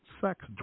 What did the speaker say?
sex